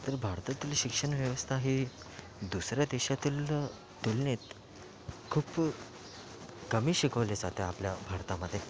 तर भारतातील शिक्षण व्यवस्था हे दुसऱ्या देशातील तुलनेत खूप कमी शिकवले जाते आपल्या भारतामध्ये